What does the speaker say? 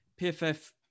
PFF